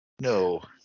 No